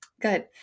Good